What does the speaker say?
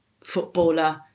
footballer